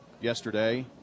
yesterday